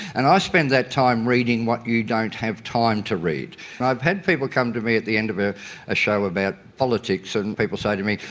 and i spend that time reading what you don't have time to read. and i've had people come to me at the end of a ah show about politics and people say to me,